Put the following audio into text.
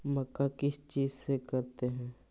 मक्का किस चीज से करते हैं?